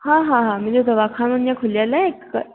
हा हा हा मुंहिजो दवाखानो अञा खुलियल आहे